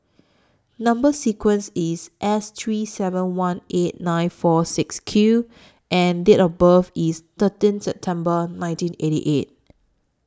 Number sequence IS S three seven one eight nine four six Q and Date of birth IS thirteen September nineteen eighty eight